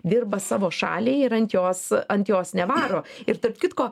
dirba savo šaliai ir ant jos ant jos nevaro ir tarp kitko